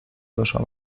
weszła